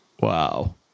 Wow